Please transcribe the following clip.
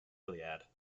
iliad